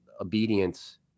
obedience